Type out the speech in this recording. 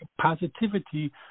positivity